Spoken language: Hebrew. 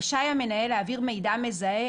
רשאי המנהל להעביר מידע מזהה